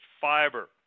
fiber